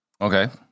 Okay